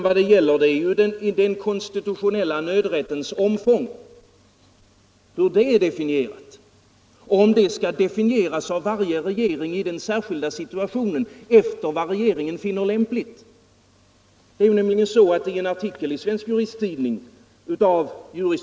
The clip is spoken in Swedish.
Vad det gäller är den konstitutionella nödrättens omfång, hur den är definierad och om den skall definieras av varje regering i den särskilda situationen efter vad den regeringen finner lämpligt. I en artikel i Svensk Juristtidning av jur.